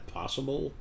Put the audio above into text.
possible